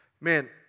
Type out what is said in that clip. Man